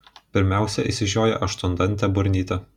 pirmiausia išsižioja aštuondantė burnytė